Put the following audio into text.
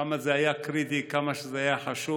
כמה שזה היה קריטי, כמה שזה היה חשוב,